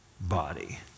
body